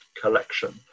collection